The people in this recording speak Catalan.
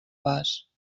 pas